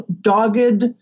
dogged